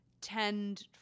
tend